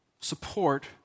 support